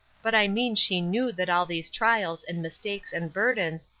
but i mean she knew that all these trials, and mistakes and burdens,